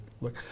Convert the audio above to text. look